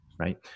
right